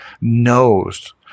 knows